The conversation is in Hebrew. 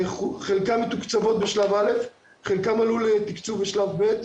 חלקן מתוקצבות בשלב א', חלקן עלו לתקצוב לשלב ב',